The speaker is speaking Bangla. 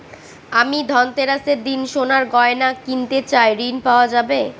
আমি ধনতেরাসের দিন সোনার গয়না কিনতে চাই ঝণ পাওয়া যাবে?